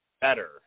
better